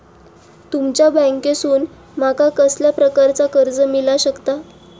तुमच्या बँकेसून माका कसल्या प्रकारचा कर्ज मिला शकता?